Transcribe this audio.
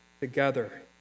together